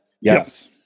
Yes